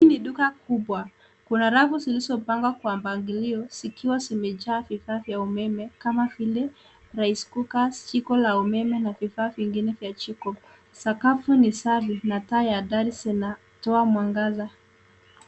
Hii ni duka kubwa kuna rafu zilizopangwa kwa mpangilio zikiwa zimejaa vifaa vya umeme kama vile ricecooker ,jiko la umeme na vifaa vingine vya jikoo. Sakafu ni safi na taa zinatoa mwangaza.